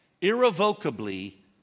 irrevocably